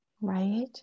right